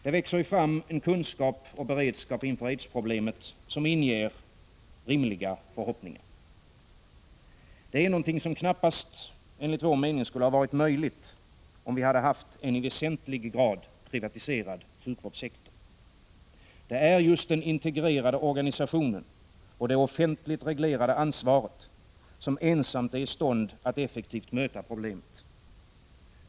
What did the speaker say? Det växer fram en kunskap och beredskap inför aidsproblemet, som inger rimliga förhoppningar. Detta skulle enligt vår mening knappast varit möjligt, om vi hade haft en i väsentlig grad privatiserad sjukvårdssektor. Det är endast den integrerade organisationen och det offentligt reglerade ansvaret som är i stånd att effektivt möta problemet.